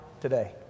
today